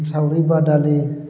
सावरि बादालि